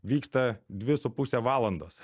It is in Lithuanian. vyksta dvi su puse valandos